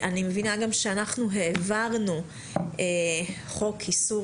אני מבינה גם שאנחנו העברנו חוק איסור